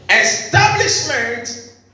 Establishment